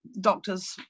doctors